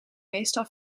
meestal